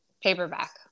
Paperback